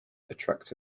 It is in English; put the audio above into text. attract